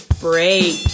Break